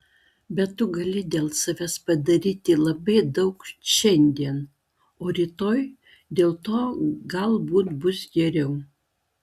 bet tu gali dėl savęs padaryti labai daug šiandien o rytoj dėl to galbūt bus geriau